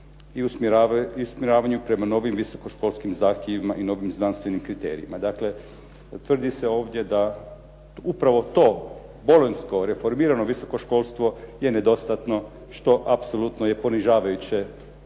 i usmjeravanju prema novim visokoškolskim zahtjevima i novim znanstvenim kriterijima. Dakle, tvrdi se ovdje da upravo to bolonjsko, reformirano visoko školstvo je nedostatno, što apsolutno je ponižavajuće